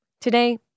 Today